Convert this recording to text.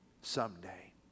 someday